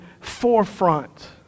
forefront